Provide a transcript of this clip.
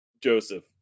Joseph